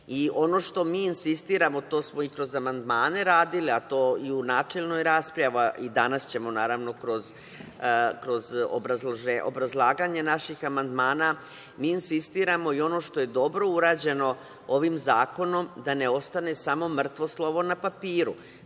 i ono što mi insistiramo, to smo i kroz amandmane radili, a to i u načelnoj raspravi i danas ćemo naravno kroz obrazlaganje naših amandmana, mi insistiramo i ono što je dobro urađeno ovim zakonom da ne ostane samo mrtvo slovo na papiru. Da